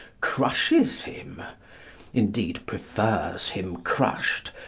crushes him indeed, prefers him crushed,